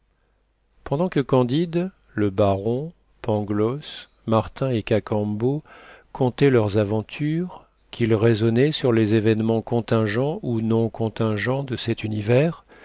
pendant que candide le baron pangloss martin et cacambo contaient leurs aventures qu'ils raisonnaient sur les événements contingents ou non contingents de cet univers